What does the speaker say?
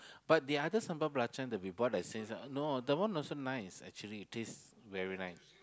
but the other sambal belacan that we bought at Sheng-Siong no the one also nice actually taste very nice